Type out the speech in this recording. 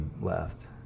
left